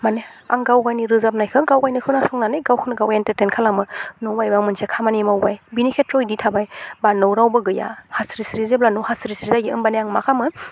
माने आं गावनि रोजाबनायखौ गावनो खोनासंनानै गावखौनो एन्टारटेन खालामो न'आव माबा मोनसे खामानि मावबाय बिनि खेथ्रआव बिदि थाबाय बा न'आव रावबो गैया हास्रिस्रि जेब्ला न'आ हास्रिस्रि जायो होमबानिया आं मा खालामो